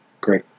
Great